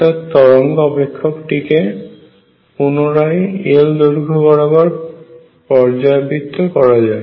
অর্থাৎ তরঙ্গ অপেক্ষকটিকে পুনরায় L দৈর্ঘ্য বরাবর পর্যায়বৃত্ত করা হয়